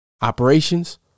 Operations